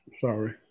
Sorry